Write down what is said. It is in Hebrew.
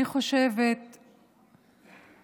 אני חושבת שהזכות